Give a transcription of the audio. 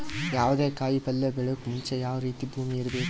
ಯಾವುದೇ ಕಾಯಿ ಪಲ್ಯ ಬೆಳೆಯೋಕ್ ಮುಂಚೆ ಯಾವ ರೀತಿ ಭೂಮಿ ಇರಬೇಕ್ರಿ?